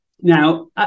Now